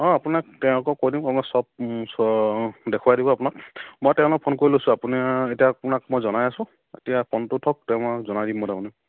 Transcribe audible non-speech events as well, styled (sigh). অঁ আপোনাক তেওঁলোকক কৈ দিম অঁ মই চব দেখুৱাই দিব আপোনাক মই তেওঁলৈ ফোন কৰি লৈছোঁ আপুনি এতিয়া আপোনাক মই জনাই আছোঁ এতিয়া ফোনটো থওক (unintelligible) জনাই দিম মই তাৰমানে